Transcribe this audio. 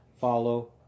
follow